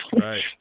Right